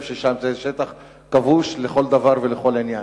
ששם זה שטח כבוש לכל דבר ולכל עניין,